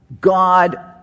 God